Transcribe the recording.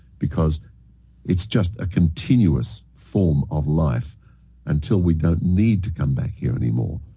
because it's just a continuous form of life until we don't need to come back here anymore.